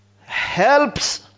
helps